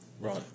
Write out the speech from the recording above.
Right